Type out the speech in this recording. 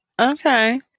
okay